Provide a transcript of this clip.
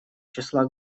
числа